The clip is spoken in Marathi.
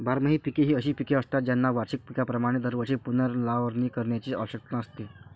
बारमाही पिके ही अशी पिके असतात ज्यांना वार्षिक पिकांप्रमाणे दरवर्षी पुनर्लावणी करण्याची आवश्यकता नसते